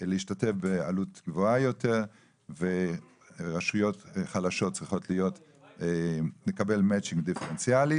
להשתתף בעלות גבוהה יותר ורשויות חלשות צריכות לקבל מאצ'ינג דיפרנציאלי.